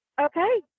Okay